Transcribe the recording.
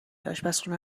آشپرخونه